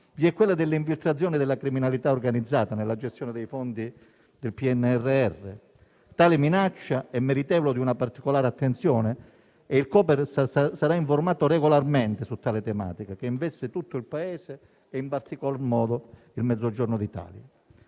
vi è quella delle infiltrazioni della criminalità organizzata nella gestione dei fondi del Piano nazionale di ripresa e resilienza. Tale minaccia è meritevole di una particolare attenzione e il Copasir sarà informato regolarmente su tale tematica, che investe tutto il Paese e in particolar modo il Mezzogiorno d'Italia.